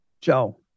Joe